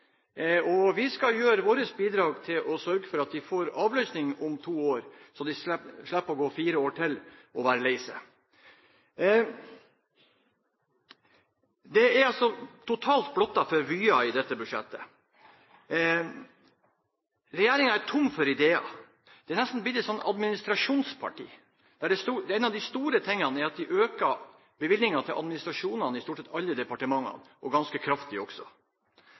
Vi skal gjøre vårt for å sørge for at de får avløsning om to år, slik at de slipper å gå og være lei seg i fire år til. Dette budsjett er totalt blottet for vyer. Regjeringen er tom for ideer. De er nesten blitt et sånt administrasjonsparti, der én av de store tingene er at de øker bevilgningene til administrasjonen i stort sett alle departementer, og det ganske kraftig også.